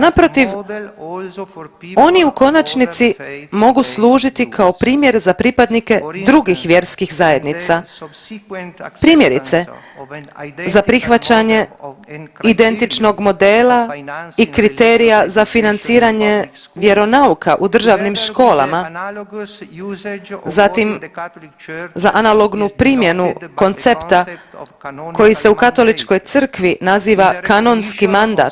Naprotiv oni u konačnici mogu služiti kao primjer za pripadnike drugih vjerskih zajednica primjerice za prihvaćanje identičnog modela i kriterija za financiranje vjeronauka u državnim školama, zatim za analognu primjenu koncepta koji se u Katoličkoj crkvi naziva kanonski mandat.